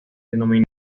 denominado